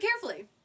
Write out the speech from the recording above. carefully